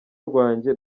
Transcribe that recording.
rwanjye